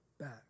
back